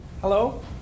Hello